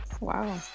Wow